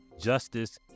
justice